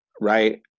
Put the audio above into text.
right